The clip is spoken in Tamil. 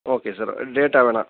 ஓகே சார் டேட்டா வேணாம்